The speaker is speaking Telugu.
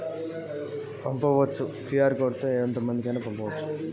క్యూ.ఆర్ కోడ్ ను వాడుకొని నేను వేరే వారికి పైసలు పంపచ్చా?